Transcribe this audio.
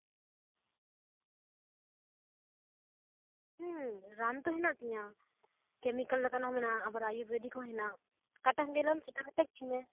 ᱦᱩᱸ ᱨᱟᱱ ᱛᱚ ᱦᱮᱱᱟᱜ ᱛᱤᱧᱟᱹ ᱠᱮᱢᱤᱠᱮᱞ ᱞᱮᱠᱟᱱᱟᱜ ᱦᱚᱸ ᱦᱮᱱᱟᱜᱼᱟ ᱟᱵᱟᱨ ᱟᱭᱩᱨᱵᱮᱫᱤᱠ ᱦᱚᱸ ᱦᱮᱱᱟᱜᱼᱟ ᱚᱠᱟᱴᱟᱜ ᱧᱮᱞᱟᱢ ᱦᱟᱛᱟᱣ ᱠᱟᱛᱮ ᱤᱫᱤ ᱢᱮ